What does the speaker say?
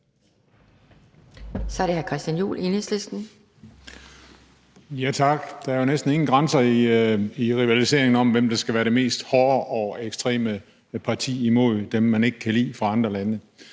Kl. 18:54 Christian Juhl (EL): Tak. Der er jo næsten ingen grænser i rivaliseringen om, hvem der skal være det mest hårde og ekstreme parti imod dem, man ikke kan lide fra andre lande.